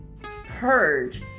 purge